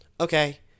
okay